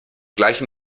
gleichen